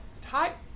type